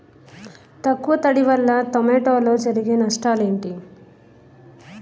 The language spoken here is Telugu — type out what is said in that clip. తక్కువ తడి వల్ల టమోటాలో జరిగే నష్టాలేంటి?